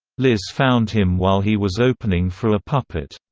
liz found him while he was opening for a puppet.